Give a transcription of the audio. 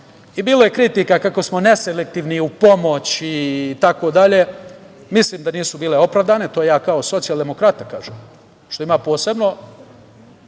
Bilo je kritika kako smo neselektivni u pomoći i tako dalje. Mislim da nisu bile opravdane i to ja kao socijaldemokrata kažem, što ima posebno,